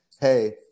Hey